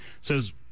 says